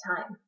time